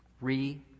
re